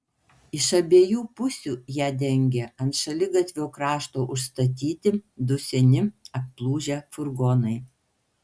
iš abiejų pusių ją dengė ant šaligatvio krašto užstatyti du seni aplūžę furgonai